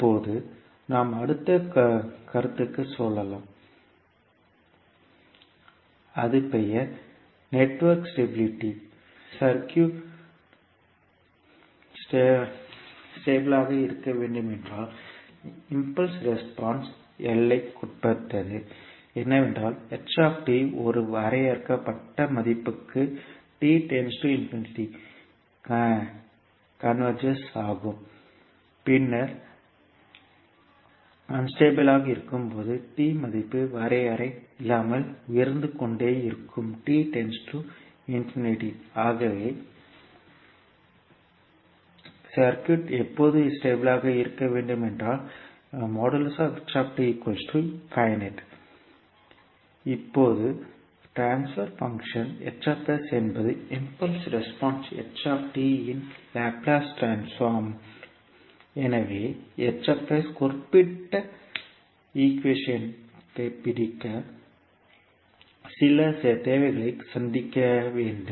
இப்போது நாம் அடுத்த கருத்துக்கு செல்லலாம் அது பெயர் நெட்வொர்க் ஸ்டெபிளிட்டி சர்க்யூட் ஸ்டெபிலாக இருக்க வேண்டுமென்றால் இம்பல்ஸ் ரெஸ்பான்ஸ் எல்லைக்குட்பட்டது என்னவென்றால் ஒரு வரையறுக்கப்பட்ட மதிப்புக்கு கன்வெர்ஜஸ் ஆகும் பின்னர் அன்ஸ்டெபில் ஆக இருக்கும்போது t மதிப்பு வரையறை இல்லாமல் உயர்ந்து கொண்டே இருக்கும் ஆகவே சர்க்யூட் எப்போது ஸ்டெபிலாக இருக்க வேண்டுமென்றால் இப்போது டிரான்ஸ்பர் பங்க்ஷன் என்பது இம்பல்ஸ் ரெஸ்பான்ஸ் இன் லாப்லேஸ் ட்ரான்ஸ்போர்ம் எனவே குறிப்பிட்ட ஹிக்விஷன்க்கு பிடிக்க சில தேவைகளை சந்திக்க வேண்டும்